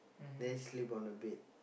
then sleep on the bed